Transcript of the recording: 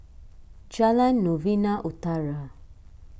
Jalan Novena Utara